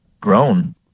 grown